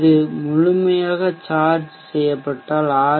இது முழுமையாக சார்ஜ் செய்யப்பட்டால் ஆர்